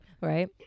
Right